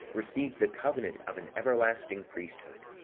received the covenant of an everlasting priesthood.